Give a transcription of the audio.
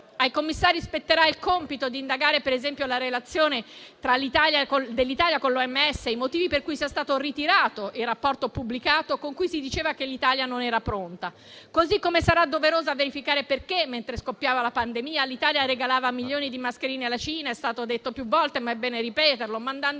Ai commissari spetterà il compito di indagare, ad esempio, la relazione dell'Italia con l'OMS e i motivi per cui sia stato ritirato il rapporto pubblicato, con cui si diceva che l'Italia non era pronta. Così come sarà doveroso verificare perché, mentre scoppiava la pandemia, l'Italia regalava milioni di mascherine alla Cina - è stato detto più volte, ma è bene ripeterlo - mandando i